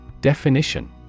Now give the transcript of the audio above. Definition